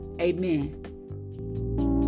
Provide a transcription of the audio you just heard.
Amen